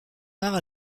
art